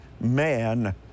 man